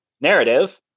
narrative